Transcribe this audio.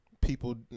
people